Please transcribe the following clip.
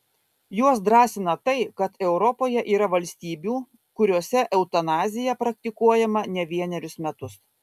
juos drąsina tai kad europoje yra valstybių kuriose eutanazija praktikuojama ne vienerius metus